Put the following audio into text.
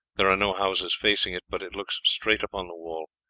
there are no houses facing it, but it looks straight upon the wall,